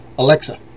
Alexa